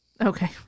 Okay